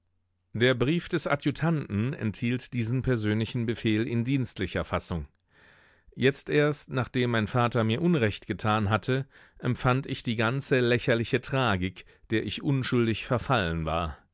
der brief des adjutanten enthielt diesen persönlichen befehl in dienstlicher fassung jetzt erst nachdem mein vater mir unrecht getan hatte empfand ich die ganze lächerliche tragik der ich unschuldig verfallen war